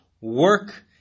work